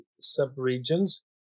sub-regions